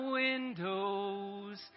windows